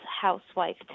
housewife